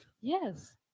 Yes